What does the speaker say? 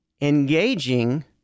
engaging